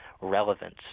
relevance